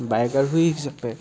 bike আৰোহী হিচাপে